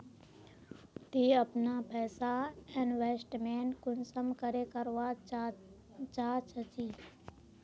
ती अपना पैसा इन्वेस्टमेंट कुंसम करे करवा चाँ चची?